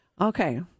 Okay